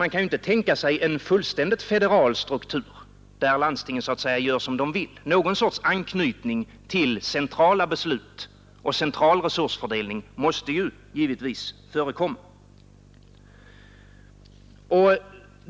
Mån kan ju inte tänka sig en fullständigt 7 federal "stråktur, där ländstingen agerar 'helt 'självständigt. Någon sötts anknytning till centrala beslut och central resursfördelning måste givetvis förekomma.